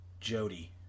Jody